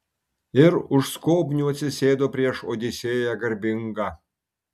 ir už skobnių atsisėdo prieš odisėją garbingą